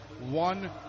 one